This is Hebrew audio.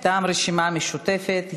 מטעם הרשימה המשותפת.